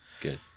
Good